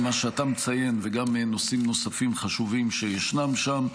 גם מה שאתה מציין וגם נושאים נוספים חשובים שישנם שם.